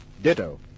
Ditto